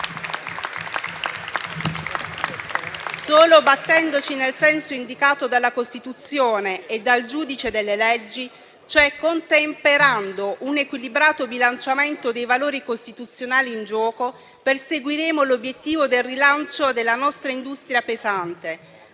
Solo battendoci nel senso indicato dalla Costituzione e dal giudice delle leggi, cioè contemperando un equilibrato bilanciamento dei valori costituzionali in gioco, perseguiremo l'obiettivo del rilancio della nostra industria pesante,